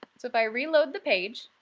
so if i reload the page,